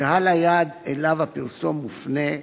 קהל היעד שאליו הפרסום מופנה,